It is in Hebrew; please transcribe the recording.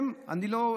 נא לסיים.